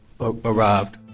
arrived